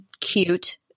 cute